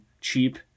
cheap